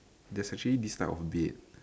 there's actually this type of bed